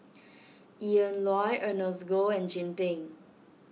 Ian Loy Ernest Goh and Chin Peng